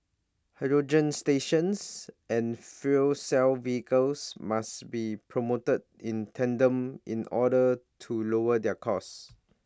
hydrogen stations and fuel cell vehicles must be promoted in tandem in order to lower their cost